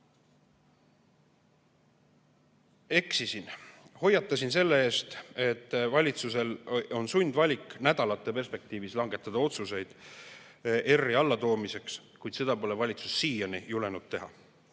Eksisin. Hoiatasin selle eest, et valitsusel on nädalate perspektiivis sundvalik langetada otsuseid R‑i allatoomiseks, kuid seda pole valitsus siiani julenud teha.